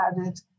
added